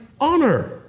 honor